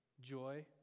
joy